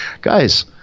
guys